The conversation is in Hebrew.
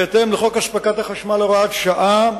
בהתאם לחוק הספקת החשמל (הוראת שעה),